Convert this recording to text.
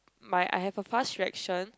my I have a fast reaction